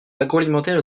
l’agroalimentaire